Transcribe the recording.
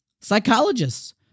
Psychologists